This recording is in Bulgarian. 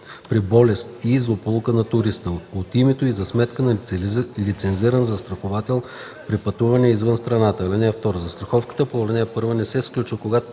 при болест и злополука на туриста” от името и за сметка на лицензиран застраховател при пътувания извън страната.